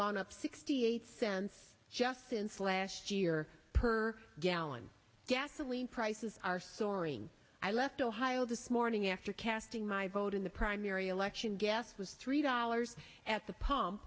gone up sixty eight cents just since last year per gallon gasoline prices are soaring i left ohio this morning after casting my vote in the primary election gas was three dollars at the p